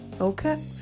Okay